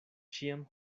ĉiam